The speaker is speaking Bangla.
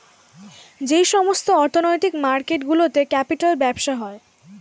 যেই সমস্ত অর্থনৈতিক মার্কেট গুলোতে ক্যাপিটাল ব্যবসা হয়